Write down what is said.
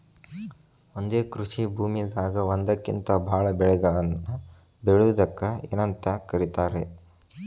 ಒಂದೇ ಕೃಷಿ ಭೂಮಿದಾಗ ಒಂದಕ್ಕಿಂತ ಭಾಳ ಬೆಳೆಗಳನ್ನ ಬೆಳೆಯುವುದಕ್ಕ ಏನಂತ ಕರಿತಾರೇ?